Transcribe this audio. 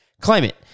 Climate